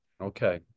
okay